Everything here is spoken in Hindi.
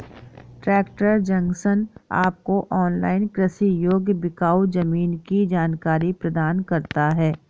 ट्रैक्टर जंक्शन आपको ऑनलाइन कृषि योग्य बिकाऊ जमीन की जानकारी प्रदान करता है